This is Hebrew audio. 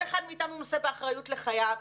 כל אחד מאתנו נושא באחריות לחייו.